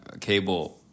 cable